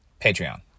Patreon